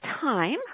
time